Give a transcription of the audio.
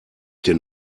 denn